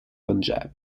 punjab